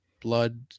blood